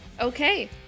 Okay